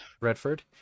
redford